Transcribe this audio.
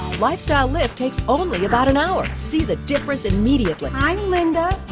lifestyle lift takes only about an hour. see the difference immediately. i'm linda.